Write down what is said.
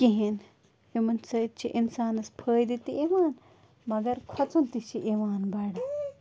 کِہیٖنۍ یِمَن سۭتۍ چھِ اِنسانَس فٲیِدٕ تہِ یِوان مگر کھۄژُن تہِ چھِ یِوان بَڑٕ